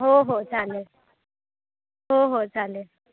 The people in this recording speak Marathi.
हो हो चालेल हो हो चालेल